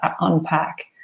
unpack